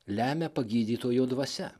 lemia pagydytojo dvasia